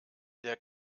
der